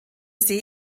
see